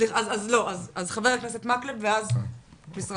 תודה